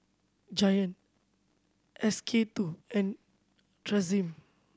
Giant S K Two and Tresemme